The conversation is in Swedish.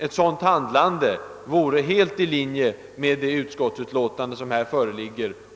Ett sådant handlande vore helt i linje med det föreliggande utskottsförslaget.